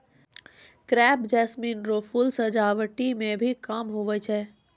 crepe jasmine रो फूल सजावटी मे भी काम हुवै छै